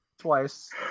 twice